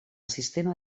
sistema